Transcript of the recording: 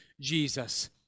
Jesus